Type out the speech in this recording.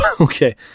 okay